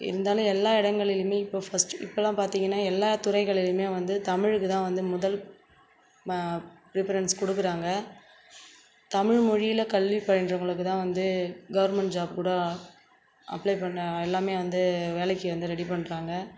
இருந்தாலும் எல்லா இடங்களிலுமே இப்போது ஃபஸ்ட் இப்போலாம் பார்த்தீங்கன்னா எல்லா துறைகளிலுமே வந்து தமிழுக்குதான் வந்து முதல் ம ப்ரிஃபரன்ஸ் கொடுக்குறாங்க தமிழ் மொழியில் கல்வி பயின்றவங்களுக்கு தான் வந்து கவர்மெண்ட் ஜாப் கூட அப்ளை பண்ண எல்லாமே வந்து வேலைக்கு வந்து ரெடி பண்ணுறாங்க